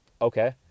okay